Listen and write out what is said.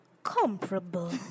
Comparable